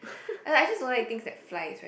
I just don't like things that flies right